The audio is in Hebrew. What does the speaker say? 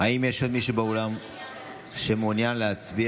האם יש עוד מישהו באולם שמעונין להצביע?